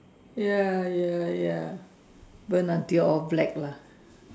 ya ya ya burn until all black lah